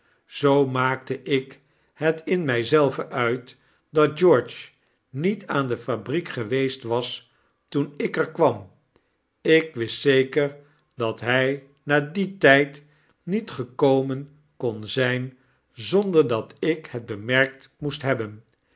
zoo maakte ik het in mi zelven uit dat george niet aan de fabriek geweest was toen ik er kwam ik wist zeker dat hy na dien tyd niet gekomen kon zyn zonder dat ik het bemerkt moest hebben